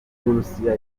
burusiya